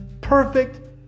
perfect